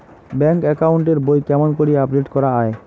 Bank account এর বই কেমন করি আপডেট করা য়ায়?